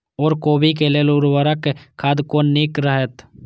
ओर कोबी के लेल उर्वरक खाद कोन नीक रहैत?